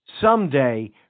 someday